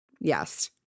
Yes